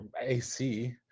AC